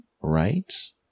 Right